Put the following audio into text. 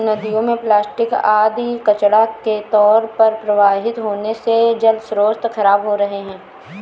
नदियों में प्लास्टिक आदि कचड़ा के तौर पर प्रवाहित होने से जलस्रोत खराब हो रहे हैं